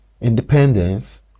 independence